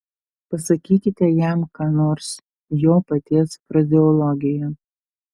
pasakykite jam ką nors jo paties frazeologija